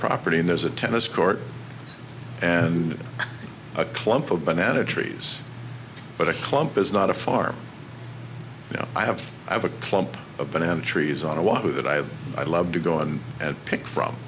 property and there's a tennis court and a clump of banana trees but a clump is not a farm you know i have i have a clump of banana trees on a walk with it i have i love to go on and pick from